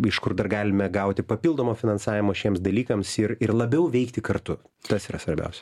iš kur dar galime gauti papildomą finansavimą šiems dalykams ir ir labiau veikti kartu tas yra svarbiausia